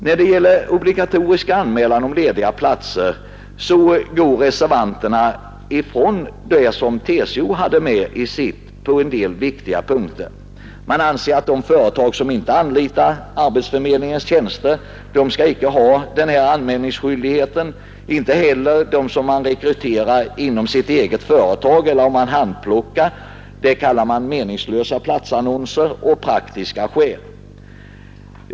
När det gäller obligatorisk anmälan om lediga platser kan sägas att reservanterna går ifrån TCO:s förslag på en del viktiga punkter. Man anser att de företag som inte anlitar arbetsförmedlingens tjänster inte skall ha någon anmälningsskyldighet. Detsamma gäller dem som man rekryterar inom sitt eget företag eller handplockar; man kallar det av praktiska skäl meningslösa platsannonser.